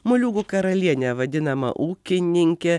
moliūgų karaliene vadinama ūkininkė